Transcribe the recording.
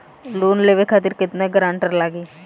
Loan लेवे खातिर केतना ग्रानटर लागी?